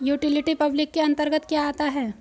Utility public के अंतर्गत क्या आता है?